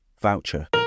voucher